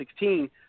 2016